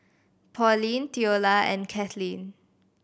Pauline Theola and Kathleen